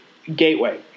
Gateway